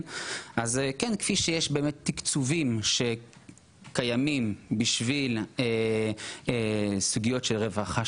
כפי שיש תקציבים שקיימים בשביל סוגיות של רווחה,